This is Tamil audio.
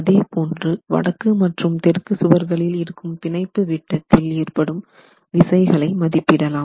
அதேபோன்று வடக்கு மற்றும் தெற்கு சுவர்களில் இருக்கும் பிணைப்பு விட்டத்தில் ஏற்படும் விசைகளை மதிப்பிடலாம்